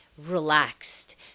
relaxed